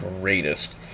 greatest